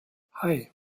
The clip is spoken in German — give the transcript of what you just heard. hei